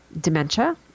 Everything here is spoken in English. dementia